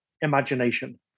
imagination